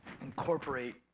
incorporate